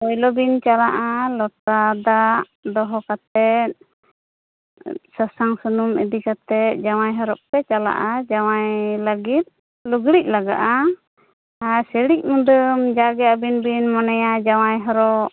ᱯᱳᱭᱞᱳ ᱵᱤᱱ ᱪᱟᱞᱟᱜᱼᱟ ᱞᱚᱴᱟ ᱫᱟᱜ ᱫᱚᱦᱚ ᱠᱟᱛᱮᱫ ᱥᱟᱥᱟᱝ ᱥᱩᱱᱩᱢ ᱤᱫᱤ ᱠᱟᱛᱮᱫ ᱡᱟᱶᱭᱟᱭ ᱦᱚᱨᱚᱜ ᱯᱮ ᱪᱟᱞᱟᱜᱼᱟ ᱡᱟᱶᱭᱟᱭ ᱞᱟᱹᱜᱤᱫ ᱞᱩᱜᱽᱲᱤ ᱞᱟᱜᱟᱜᱼᱟ ᱥᱤᱲᱤᱡ ᱢᱩᱫᱟᱹᱢ ᱡᱟᱜᱮ ᱟᱵᱤᱱ ᱵᱤᱱ ᱢᱚᱱᱮᱭᱟ ᱡᱟᱶᱭᱟᱭ ᱦᱚᱨᱚᱜ